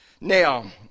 Now